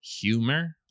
humor